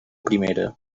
primera